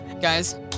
Guys